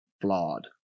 flawed